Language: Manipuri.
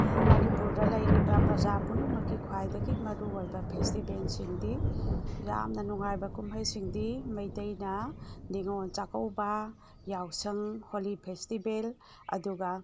ꯃꯅꯤꯄꯨꯔꯗ ꯂꯩꯔꯤꯕ ꯄ꯭ꯔꯖꯥ ꯄꯨꯝꯅꯃꯛꯀꯤ ꯈ꯭ꯋꯥꯏꯗꯒꯤ ꯃꯔꯨ ꯑꯣꯏꯕ ꯐꯦꯁꯇꯤꯕꯦꯜꯁꯤꯡꯗꯤ ꯌꯥꯝꯅ ꯅꯨꯡꯉꯥꯏꯕ ꯀꯨꯝꯍꯩꯁꯤꯡꯗꯤ ꯃꯩꯇꯩꯅ ꯅꯤꯉꯣꯜ ꯆꯥꯛꯀꯧꯕ ꯌꯥꯎꯁꯪ ꯍꯣꯂꯤ ꯐꯦꯁꯇꯤꯕꯦꯜ ꯑꯗꯨꯒ